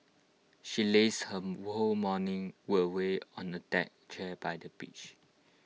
she lazed her whole morning away on the deck chair by the beach